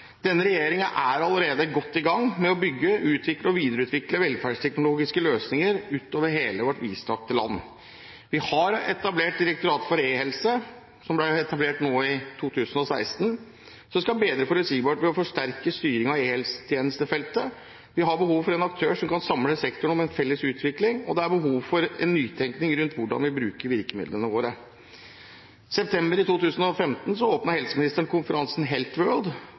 Denne regjeringen er allerede godt i gang med å bygge, utvikle og videreutvikle velferdsteknologiske løsninger utover hele vårt vidstrakte land. Vi etablerte i 2016 Direktoratet for e-helse, som skal gi bedre forutsigbarhet ved å forsterke styringen av e-helsetjenestefeltet. Vi har behov for en aktør som kan samle sektoren om en felles utvikling, og det er behov for en nytenkning rundt hvordan vi bruker virkemidlene våre. I september 2015 åpnet helseministeren konferansen